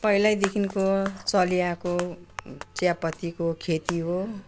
पहिलैदेखिन्को चलिआएको चियापत्तीको खेती हो